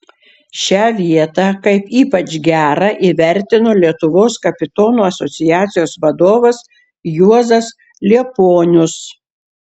šią vietą kaip ypač gerą įvertino lietuvos kapitonų asociacijos vadovas juozas liepuonius